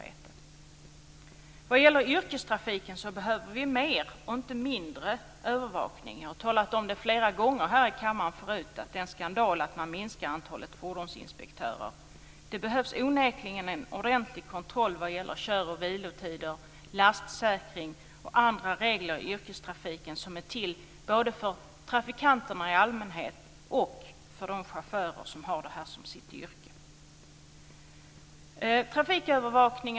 När det gäller yrkestrafiken behöver vi mer och inte mindre övervakning. Jag har sagt flera gånger här i kammaren att det är en skandal att man minskar antalet fordonsinspektörer. Det behövs onekligen en ordentlig kontroll vad gäller kör och vilotider, lastsäkring och andra regler i yrkestrafiken som är till både för trafikanterna i allmänhet och för de chaufförer som har detta som sitt yrke.